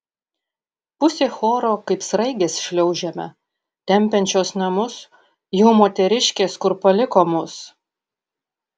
pusė choro kaip sraigės šliaužiame tempiančios namus jau moteriškės kur paliko mus